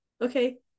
okay